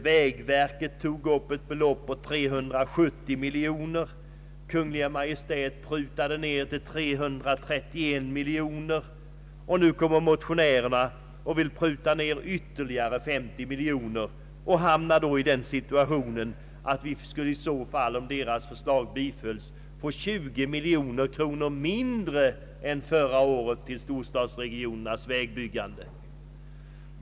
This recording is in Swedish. Vägverket tog upp ett belopp på 370 miljoner kropor, Kungl. Maj:t prutade ned det till 331 miljoner kronor och nu vill motionärerna pruta ned det med ytterligare 50 miljoner kronor. Om deras förslag bifölls skulle det bli 20 miljoner kronor mindre än förra året till storstadsregionernas vägbyggande.